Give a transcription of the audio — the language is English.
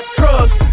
trust